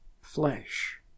flesh